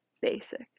basic